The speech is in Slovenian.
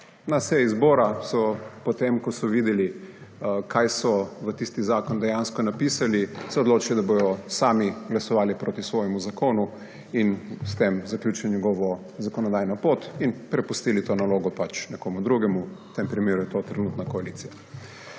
Na seji zbora so se potem, ko so videli, kaj so v tisti zakon dejansko napisali, odločili, da bodo sami glasovali proti svojemu zakonu in s tem zaključili njegovo zakonodajno pot ter prepustili to nalogo nekomu drugemu. V tem primeru je to trenutna koalicija.